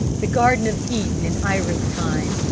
the garden of eden in iris time!